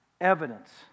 evidence